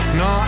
no